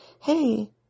hey